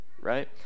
right